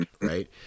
Right